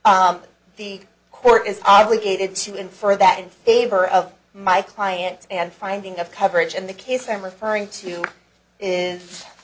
the court is obligated to infer that in favor of my client and finding of coverage in the case i'm referring to i